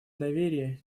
доверия